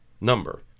number